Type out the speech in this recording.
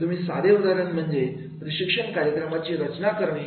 म्हणून साधे उदाहरण म्हणजे प्रशिक्षण कार्यक्रमाची रचना करणे